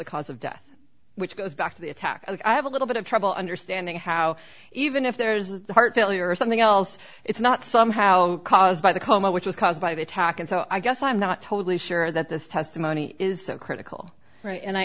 the cause of death which goes back to the attack i have a little bit of trouble understanding how even if there's a heart failure or something else it's not somehow caused by the coma which was caused by the attack and so i guess i'm not totally sure that this testimony is so critical